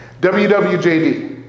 WWJD